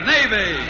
Navy